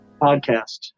podcast